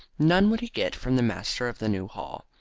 none would he get from the master of the new hall.